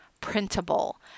printable